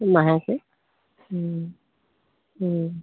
মাহেকৈ